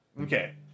Okay